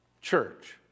church